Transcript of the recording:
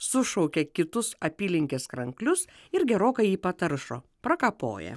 sušaukia kitus apylinkės kranklius ir gerokai jį pataršo prakapoja